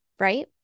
Right